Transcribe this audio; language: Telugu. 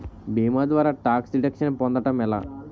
భీమా ద్వారా టాక్స్ డిడక్షన్ పొందటం ఎలా?